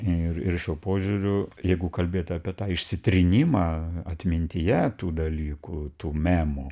ir ir šiuo požiūriu jeigu kalbėt apie tą išsitrynimą atmintyje tų dalykų tų memų